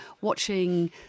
watching